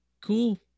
Cool